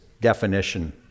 definition